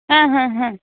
ಹಾಂ ಹಾಂ ಹಾಂ